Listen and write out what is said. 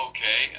Okay